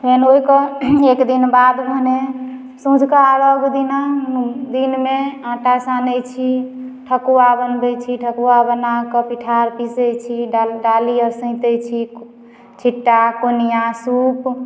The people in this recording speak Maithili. तखन ओहिके एक दिन बाद भेने सँझुका अर्घ्य दिना दिनमे आँटा सानैत छी ठकुआ बनबैत छी ठकुआ बना कऽ पिठार पीसैत छी डाली आओर सैँतैत छी छिट्टा कोनिआँ सूप